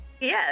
Yes